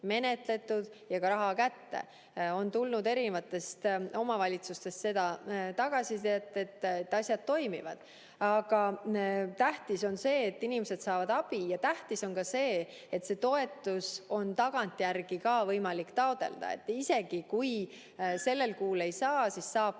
menetletud ja ka raha kätte. On tulnud erinevatest omavalitsustest tagasisidet, et asjad toimivad. Aga tähtis on see, et inimesed saavad abi, ja tähtis on ka see, et seda toetust on tagantjärgi ka võimalik taotleda. Isegi kui sellel kuul ei saa, siis saab